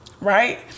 right